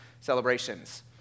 celebrations